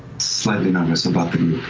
slightly nervous about the